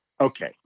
okay